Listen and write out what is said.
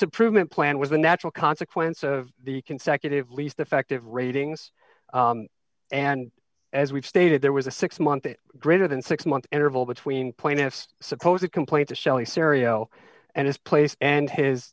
improvement plan was a natural consequence of the consecutive least effective ratings and as we've stated there was a six month greater than six month interval between point if suppose a complaint to shelley syria and his place and his